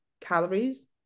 calories